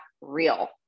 real